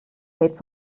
lädt